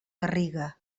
garriga